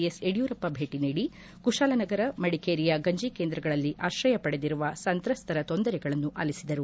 S Yediyurappa ಭೇಟಿ ನೀಡಿ ಕುತಾಲನಗರ ಮಡಿಕೇರಿಯ ಗಂಜಿ ಕೇಂದ್ರಗಳಲ್ಲಿ ಆತ್ರಯ ಪಡೆದಿರುವ ಸಂತ್ರಸ್ತರ ತೊಂದರೆಗಳನ್ನು ಆಲಿಸಿದರು